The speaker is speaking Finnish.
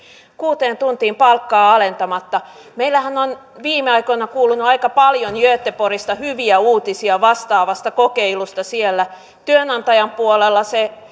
kuuteen tuntiin palkkaa alentamatta meillähän on viime aikoina kuulunut aika paljon göteborgista hyviä uutisia vastaavasta kokeilusta siellä työnantajan puolella se